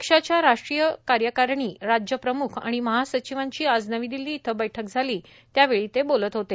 पक्षाच्या राष्ट्रीय कार्यकारिणी राज्य प्रमूख आणि महासचिवांची आज नवी दिल्ली इथं बैठक झाली त्यावेळी ते बोलत होते